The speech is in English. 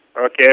Okay